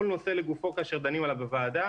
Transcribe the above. כל נושא לגופו כאשר דנים עליו בוועדה,